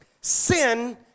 sin